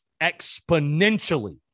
exponentially